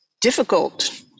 difficult